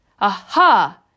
Aha